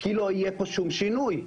כי לא יהיה פה שום שינוי.